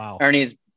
Ernie's